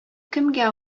кемгә